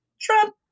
Trump